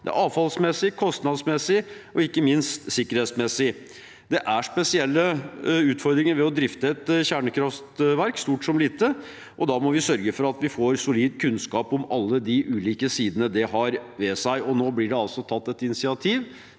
– avfallsmessig, kostnadsmessig og ikke minst sikkerhetsmessig. Det er spesielle utfordringer ved å drifte et kjernekraftverk, stort som lite, og da må vi sørge for at vi får solid kunnskap om alle de ulike sidene ved det. Nå blir det altså tatt et initiativ